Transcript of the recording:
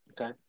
okay